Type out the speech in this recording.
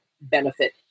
benefit